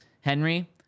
Henry